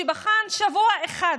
שבחן שבוע אחד